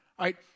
right